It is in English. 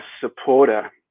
supporter